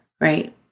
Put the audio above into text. Right